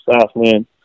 Southland